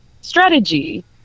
strategy